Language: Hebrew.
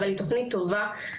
אבל היא תוכנית טובה.